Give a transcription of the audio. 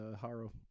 Haro